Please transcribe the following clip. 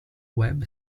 web